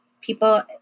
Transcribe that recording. people